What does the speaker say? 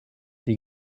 die